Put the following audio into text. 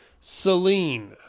Celine